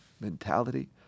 mentality